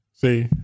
See